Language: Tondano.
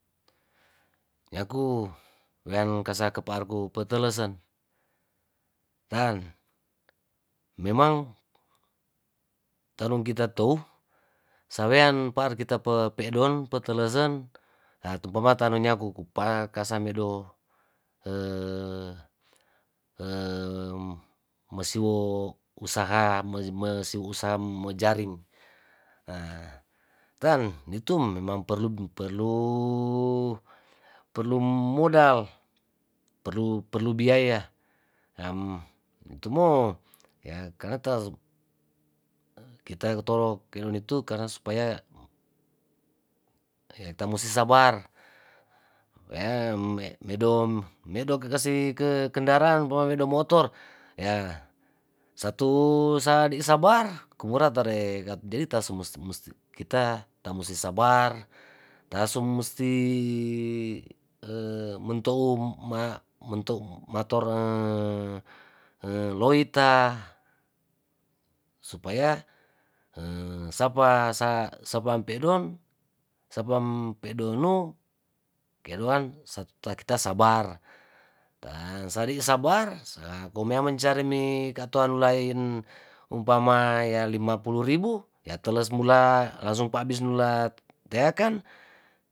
Nyaku weang kesa kepaarku petelesen, tan memang telung kita tou sawean paar kita pe wedong petelesen tu umpama tanunyaku kupa kasamedo mesiwo usaha me mesiwo usaha me jaring ahh ten itu memang perlu perlu, perlu modal perlu, perlu biaya ham tumo ya karna ta kita kutorok kenunitu karna supaya tamusi sabar medom medo kekesi ke kendaraan ke kamamedo motor yaa satu sa' di' sabar kumora tare jadi tasumus musti kita tamusti sabar ta su musti mentou ma mento mator loita supaya hee sapa sa sapa ampe doang sapam mpe donu keloan satu ta kita sabar tan sadi' sabar sa kumea mencari ni katoan lain umpama ya lima puluh ribu, ya teles mula langsung pa bis nula teakan.